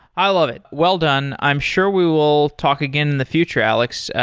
i love it. well done. i'm sure we will talk again in the future, aleks.